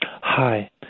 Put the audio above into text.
Hi